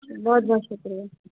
بہت بہت شکریہ